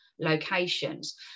locations